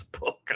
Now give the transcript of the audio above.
book